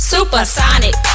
Supersonic